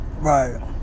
Right